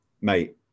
Mate